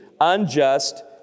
unjust